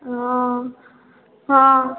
हॅं हॅं